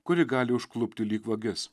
kuri gali užklupti lyg vagis